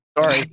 sorry